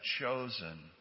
chosen